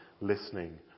listening